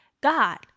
God